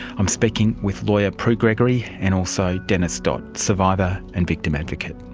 i'm speaking with lawyer prue gregory, and also dennis dodt, survivor and victim advocate.